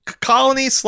colony